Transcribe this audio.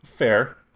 Fair